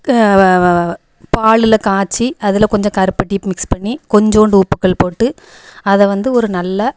பாலில் காய்ச்சி அதில் கொஞ்சம் கருப்பட்டியை மிக்ஸ் பண்ணி கொஞ்சண்டு உப்புக்கல் போட்டு அதை வந்து ஒரு நல்ல